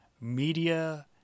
media